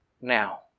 Now